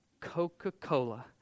Coca-Cola